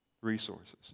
resources